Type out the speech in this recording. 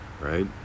right